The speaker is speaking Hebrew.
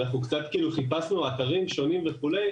חיפשנו אתרים שונים וכולי,